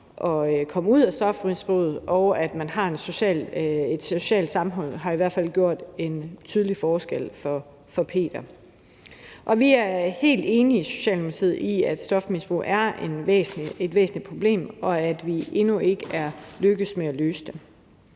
at komme ud af stofmisbruget, og at der er et socialt sammenhold – gør det en forskel; i hvert fald har det gjort en tydelig forskel for Peter. Vi er i Socialdemokratiet helt enige i, at stofmisbrug er et væsentligt problem, og at vi endnu ikke er lykkedes med at løse det.